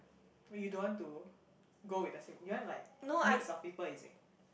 you don't want to go with the same you want like mix of people is it